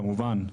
כמובן,